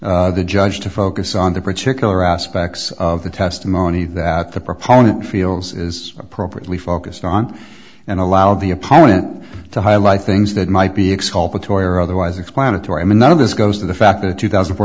allowing the judge to focus on the particular aspects of the testimony that the proponent feels is appropriately focused on and allow the opponent to highlight things that might be exculpatory or otherwise explanatory i mean none of this goes to the fact that two thousand four